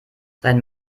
sein